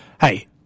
Hey